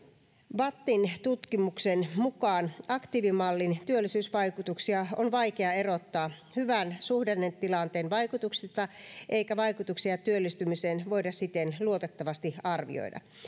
vattin tutkimuksen mukaan aktiivimallin työllisyysvaikutuksia on vaikea erottaa hyvän suhdannetilanteen vaikutuksista eikä vaikutuksia työllistymiseen voida siten luotettavasti arvioida